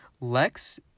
lex